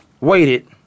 waited